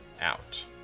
out